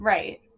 Right